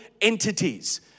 entities